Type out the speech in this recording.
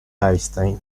einstein